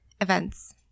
events